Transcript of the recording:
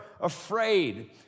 afraid